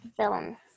villain